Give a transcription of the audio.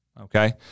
okay